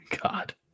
God